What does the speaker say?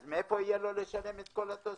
אז מאיפה יהיה לו לשלם את כל התוספות?